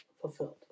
fulfilled